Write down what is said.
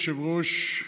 אדוני היושב-ראש,